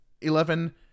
Eleven